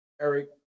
Eric